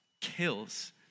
kills